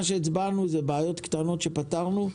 מה שהצבענו אלה בעיות קטנות שפתרנו,